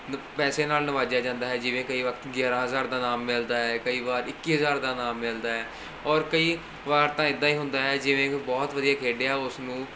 ਪੈਸੇ ਨਾਲ ਨਿਵਾਜਿਆ ਜਾਂਦਾ ਹੈ ਜਿਵੇਂ ਕਈ ਵਕਤ ਗਿਆਰ੍ਹਾਂ ਹਜ਼ਾਰ ਦਾ ਇਨਾਮ ਮਿਲਦਾ ਹੈ ਕਈ ਵਾਰ ਇੱਕੀ ਹਜ਼ਾਰ ਦਾ ਇਨਾਮ ਮਿਲਦਾ ਹੈ ਔਰ ਕਈ ਵਾਰ ਤਾਂ ਇੱਦਾਂ ਹੀ ਹੁੰਦਾ ਹੈ ਜਿਵੇਂ ਕੋਈ ਬਹੁਤ ਵਧੀਆ ਖੇਡਿਆ ਉਸਨੂੰ